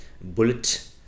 Bullet